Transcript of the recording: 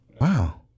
Wow